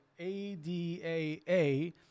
ADAA